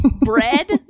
bread